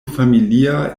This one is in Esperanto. familia